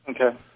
Okay